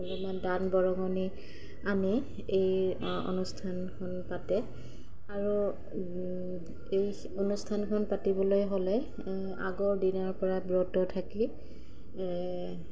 অলমান দান বৰঙণি আনি এই অনুষ্ঠানখন পাতে আৰু এই অনুষ্ঠানখন পাতিবলৈ হ'লে আগৰ দিনাৰপৰা ব্ৰতত থাকি